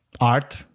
art